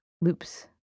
loops